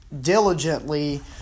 diligently